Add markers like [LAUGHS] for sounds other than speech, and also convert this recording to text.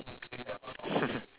[LAUGHS]